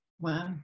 Wow